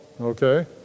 okay